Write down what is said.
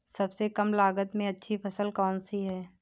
सबसे कम लागत में अच्छी फसल कौन सी है?